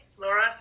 Laura